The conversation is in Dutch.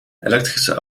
elektrische